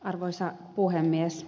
arvoisa puhemies